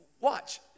watch